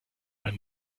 ein